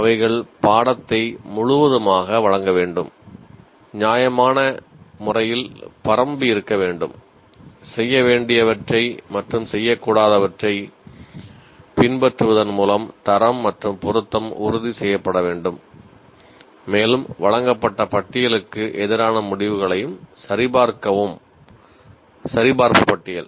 அவைகள் பாடத்தை முழுவதுமாக வழங்க வேண்டும் நியாயமான முறையில் பரம்பியிருக்க வேண்டும் செய்ய வேண்டியவற்றை மற்றும் செய்யகூடாதவற்றை பின்பற்றுவதன் மூலம் தரம் மற்றும் பொருத்தம் உறுதி செய்யப்பட வேண்டும் மேலும் வழங்கப்பட்ட பட்டியலுக்கு எதிரான முடிவுகளையும் சரிபார்க்கவும் சரிபார்ப்பு பட்டியல்